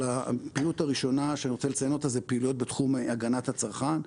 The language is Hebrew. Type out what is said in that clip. אבל הפעילות הראשונה שאני רוצה לציין אותה זה פעילות בתחום הגנת הצרכן.